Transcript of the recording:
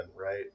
right